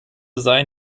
sein